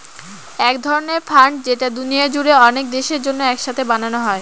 এক ধরনের ফান্ড যেটা দুনিয়া জুড়ে অনেক দেশের জন্য এক সাথে বানানো হয়